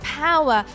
power